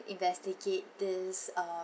investigate this uh